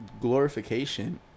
glorification